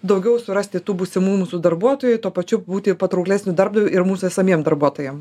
daugiau surasti tų būsimų mūsų darbuotojų tuo pačiu būti patrauklesniu darbdaviu ir mūsų esamiem darbuotojam